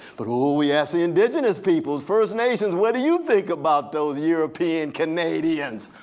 but oh yes the indigenous people, first nations. what do you think about those european canadians?